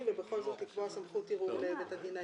ובכל זאת לקבוע סמכות ערעור לבית הדין האזורי.